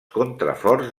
contraforts